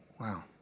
wow